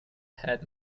has